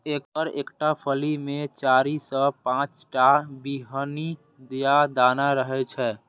एकर एकटा फली मे चारि सं पांच टा बीहनि या दाना रहै छै